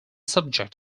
subject